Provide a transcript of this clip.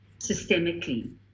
systemically